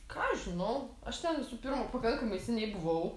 ką aš žinau aš ten visų pirma pakankamai seniai buvau